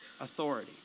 authority